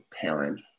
parent